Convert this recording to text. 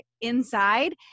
inside